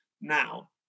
now